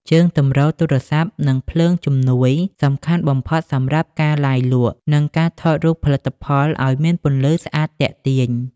ជើងទម្រទូរស័ព្ទ និងភ្លើងជំនួយ សំខាន់បំផុតសម្រាប់ការ ឡាយលក់ និងការថតរូបផលិតផលឱ្យមានពន្លឺស្អាតទាក់ទាញ។